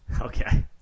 Okay